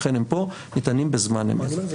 לכן הם פה ניתנים בזמן אמת.